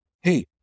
Hey